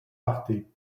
partais